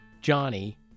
Johnny